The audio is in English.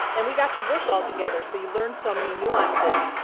and we got to work all together so you learn so many nuances.